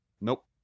nope